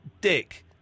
dick